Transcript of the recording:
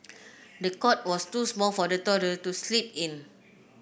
the cot was too small for the toddler to sleep in